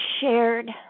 shared